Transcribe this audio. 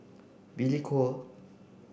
Billy Koh